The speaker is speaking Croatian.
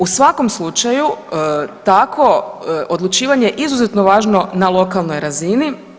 U svakom slučaju takvo odlučivanje je izuzetno važno na lokalnoj razini.